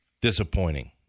disappointing